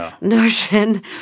notion